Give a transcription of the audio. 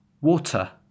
water